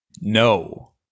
No